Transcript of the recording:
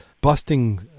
busting